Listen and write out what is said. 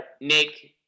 Nick